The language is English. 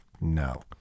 no